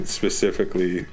specifically